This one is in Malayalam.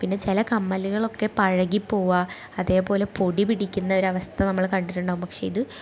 പിന്നെ ചില കമ്മലുകളൊക്കെ പഴകിപ്പോവും അതേ പോലെ പൊടി പിടിക്കുന്ന ഒരു അവസ്ഥ നമ്മൾ കണ്ടിട്ടുണ്ടാവും പക്ഷെ ഇത്